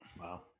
Wow